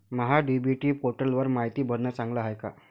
महा DBT पोर्टलवर मायती भरनं चांगलं हाये का?